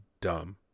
Dumb